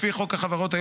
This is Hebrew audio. לפי חוק החברות,